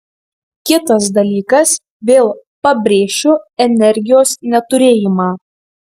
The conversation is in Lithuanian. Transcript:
kitas dalykas vėl pabrėšiu energijos neturėjimą